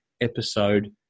episode